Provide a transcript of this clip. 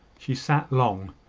she sat long,